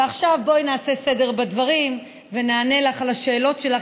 ועכשיו בואי נעשה סדר בדברים ונענה לך על השאלות שלך,